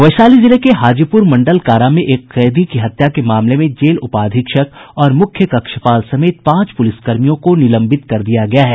वैशाली जिले के हाजीपुर मंडल कारा में एक कैदी की हत्या के मामले में जेल उपाधीक्षक और मुख्य कक्षपाल समेत पांच पुलिसकर्मियों को निलंबित कर दिया गया है